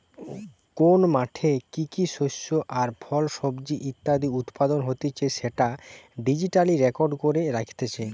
কোন মাঠে কি কি শস্য আর ফল, সবজি ইত্যাদি উৎপাদন হতিছে সেটা ডিজিটালি রেকর্ড করে রাখতিছে